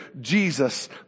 Jesus